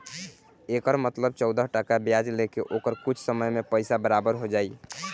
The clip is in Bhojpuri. एकर मतलब चौदह टका ब्याज ले के ओकर कुछ समय मे पइसा बराबर हो जाई